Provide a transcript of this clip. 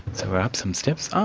so we're up some steps. ah,